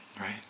right